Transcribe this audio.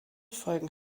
folgen